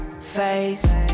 face